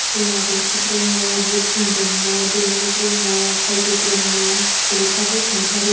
Dayabati Brahma Birphung Brahma Daimalu Brahma Bhaygo Brahma Alka Basumatary